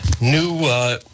new